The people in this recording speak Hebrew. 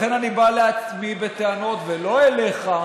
לכן אני בא אל עצמי בטענות ולא אליך.